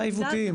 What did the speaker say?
מה עיוותים?